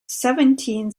seventeen